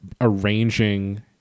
arranging